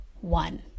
one